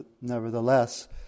nevertheless